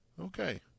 Okay